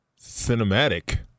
cinematic